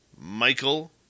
Michael